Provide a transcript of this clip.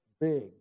big